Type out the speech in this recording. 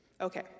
Okay